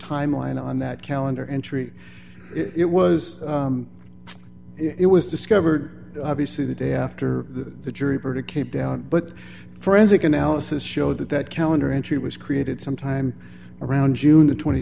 timeline on that calendar entry it was it was discovered obviously the day after the jury verdict came down but forensic analysis showed that that calendar entry was created sometime around june